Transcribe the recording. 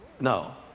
No